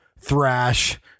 thrash